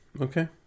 Okay